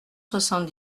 soixante